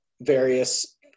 various